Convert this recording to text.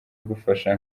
igufasha